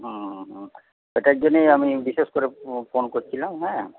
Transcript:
হুম হুঁ হুম সেটার জন্যই আমি বিশেষ করে ফোন করছিলাম হ্যাঁ